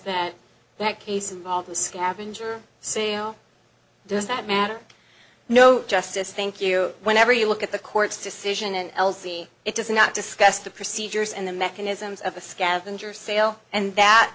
that that case involved a scavenger sale does that matter no justice thank you whenever you look at the court's decision and l z it does not discuss the procedures and the mechanisms of a scavenger sale and that